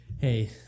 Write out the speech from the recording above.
hey